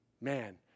Man